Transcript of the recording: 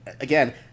again